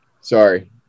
Sorry